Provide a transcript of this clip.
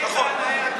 נכון.